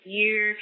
year